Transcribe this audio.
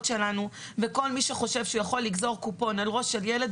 שלנו וכל מי שחושב שהוא יכול לגזור קופון על ראש של ילד,